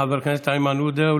חבר הכנסת איימן עודה.